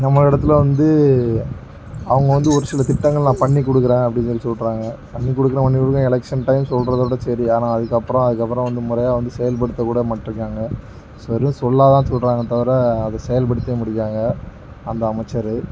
நம்ம இடத்துல வந்து அவங்க வந்து ஒரு சில திட்டங்களெல்லாம் நான் பண்ணிகொடுக்குறேன் அப்படின்னு சொல்லி சொல்கிறாங்க பண்ணிக்கொடுக்குறேன் பண்ணிக்கொடுக்குறேன் எலக்க்ஷன் டைம் சொல்கிறதோட சரி ஆனால் அதுக்கப்புறம் அதுக்கப்புறம் வந்து முறையாக வந்து செயல்படுத்தக்கூட மாட்டேங்கறாங்க வெறும் சொல்லாகத்தான் சொல்கிறாங்க தவிர அதை செயல்ப்படுத்தவே மாட்டேங்கிறாங்க அந்த அமைச்சர்